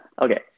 Okay